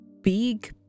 big